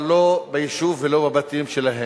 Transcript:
אבל לא ביישוב ולא בבתים שלהם.